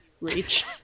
reach